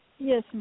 Yes